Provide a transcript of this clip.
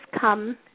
come